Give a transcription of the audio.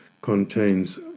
contains